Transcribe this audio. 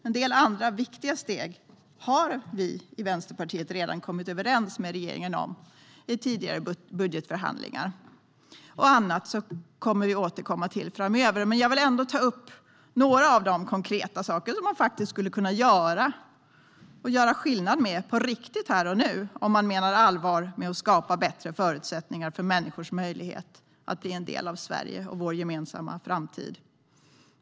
En del andra viktiga steg har vi i Vänsterpartiet redan kommit överens med regeringen om i tidigare budgetförhandlingar. Annat återkommer vi till framöver. Jag vill ändå ta upp några av de konkreta saker som skulle göra skillnad på riktigt här och nu om man menar allvar med att skapa bättre förutsättningar för människors möjlighet att bli en del av Sverige och vår gemensamma framtid.